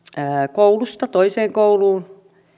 koulusta toiseen kouluun